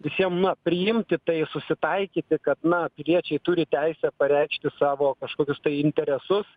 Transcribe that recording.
visiem na priimti tai susitaikyti kad na piliečiai turi teisę pareikšti savo kažkokius interesus